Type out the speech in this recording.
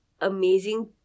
amazing